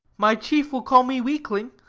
my chief will call me weakling,